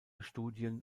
studien